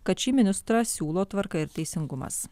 kad šį ministrą siūlo tvarka ir teisingumas